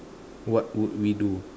what would we do